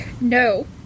No